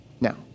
Now